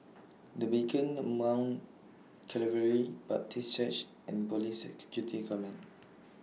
The Beacon The Mount Calvary Baptist Church and Police Security Command